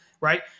right